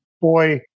Boy